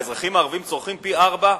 האזרחים הערבים צורכים פי-ארבעה,